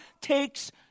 takes